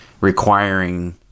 requiring